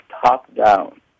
top-down